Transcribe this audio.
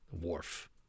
Wharf